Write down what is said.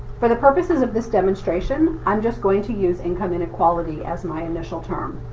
for the purposes of this demonstration, i'm just going to use income inequality as my initial term.